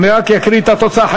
אני רק אקרא את התוצאה.